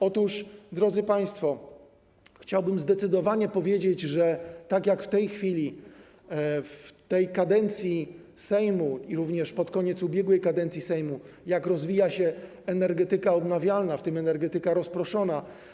Otóż, drodzy państwo, chciałbym zdecydowanie powiedzieć, jak w tej chwili, w tej kadencji Sejmu i również pod koniec ubiegłej kadencji Sejmu, rozwija się energetyka odnawialna, w tym energetyka rozproszona.